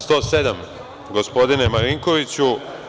Član 107. gospodine Marinkoviću.